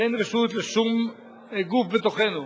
ואין רשות לשום גוף בתוכנו